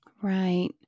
Right